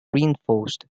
reinforced